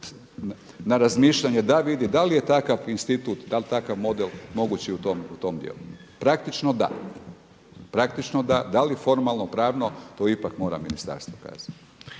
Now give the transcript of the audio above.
na razmišljanje da vidi da li je takav institut, da li takav model moguć i u tom dijelu. Praktično da. Da li formalno-pravno to ipak mora ministarstvo kazati.